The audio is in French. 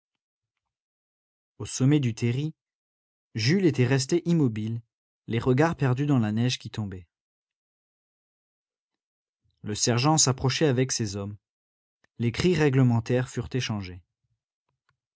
au sommet du terri jules était resté immobile les regards perdus dans la neige qui tombait le sergent s'approchait avec ses hommes les cris réglementaires furent échangés